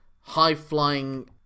high-flying